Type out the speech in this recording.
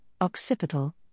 occipital